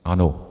Ano.